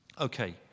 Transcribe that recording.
Okay